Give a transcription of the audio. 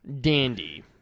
Dandy